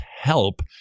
help